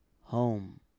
home